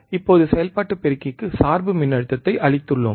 இப்போது செயல்பாட்டு பெருக்கிக்கு சார்பு மின்னழுத்தத்தைப் அளித்துள்ளோம்